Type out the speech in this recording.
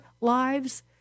lives